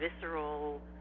visceral